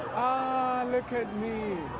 ah, look at me.